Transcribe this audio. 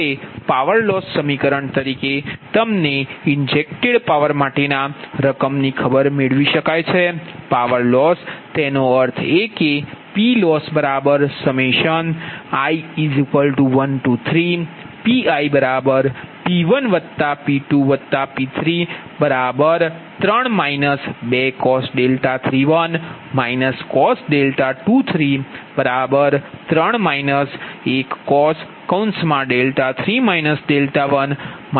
હવે power loss સમીકરણ તરીકે તમને ઇન્જેક્ટેડ પાવર માટે ના રકમની ખબર મેળવી શકાય છે પાવર લોસ તેનો અર્થ એ કે PLossi13PiP1P2P33 2cos31 cos233 1cos⁡ cos⁡આ મળશે